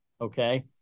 Okay